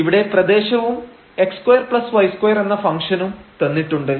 ഇവിടെ പ്രദേശവും x2y2 എന്ന ഫംഗ്ഷനും തന്നിട്ടുണ്ട്